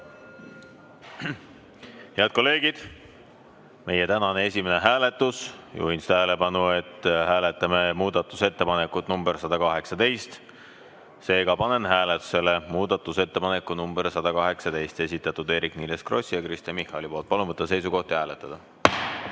Head kolleegid! Meie tänane esimene hääletus. Juhin tähelepanu, et hääletame muudatusettepanekut nr 118. Seega panen hääletusele muudatusettepaneku nr 118, esitanud Eerik-Niiles Kross ja Kristen Michal. Palun võtta seisukoht ja hääletada!